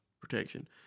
protection